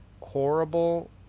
horrible